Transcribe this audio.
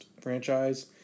franchise